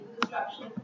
destruction